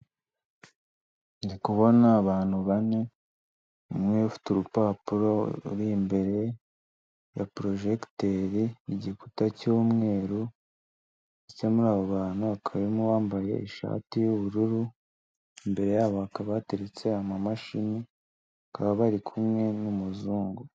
Ndi kubona abantu bane, umwe ufite urupapuro ruri imbere ya porojekiteri n'igikuta cy'umweruke, ndetse muri abo bantu hakaba harimo uwambaye ishati y'ubururu, imbere yabo hakaba hateretse amamashini, bakaba bari kumwe n'umuzungu.